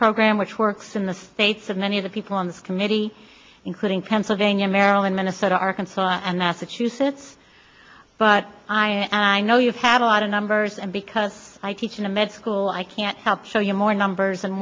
program which works in the states and many of the people on this committee including pennsylvania maryland minnesota arkansas and that's the truth it's but i and i know you've had a lot of numbers and because i teach in the med school i can't help show you more numbers and